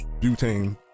butane